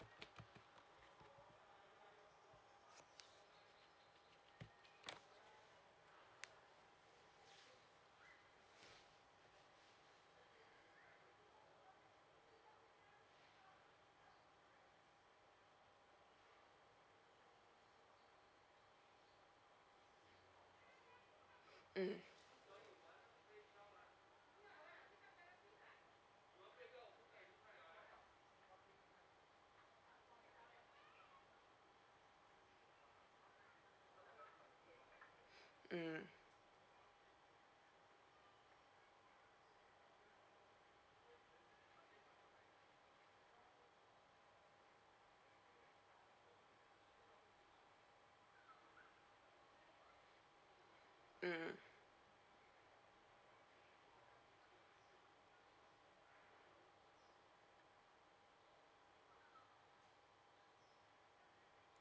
mm mm okay